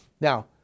Now